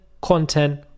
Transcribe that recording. content